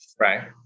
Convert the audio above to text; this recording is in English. Right